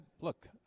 look